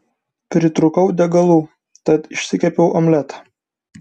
pritrūkau degalų tad išsikepiau omletą